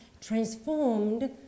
transformed